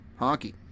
Honky